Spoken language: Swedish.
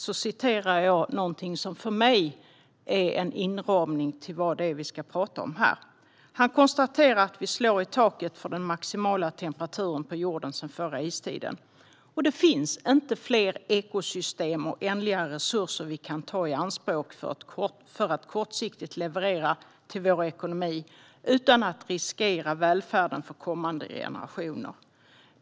Jag ska citera någonting som för mig är en inramning av vad det är vi ska tala om här. Johan Rockström konstaterar: "Vi slår i taket för den maximala temperaturen på jorden sedan förra istiden. Det finns inte fler ekosystem och ändliga resurser vi kan ta i anspråk för att kortsiktigt leverera till vår ekonomi, utan att riskera välfärden för kommande generationer."